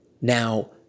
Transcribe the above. Now